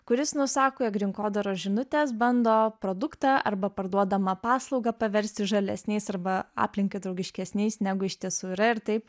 kuris nusako jog rinkodaros žinutės bando produktą arba parduodamą paslaugą paversti žalesniais arba aplinkai draugiškesniais negu iš tiesų yra ir taip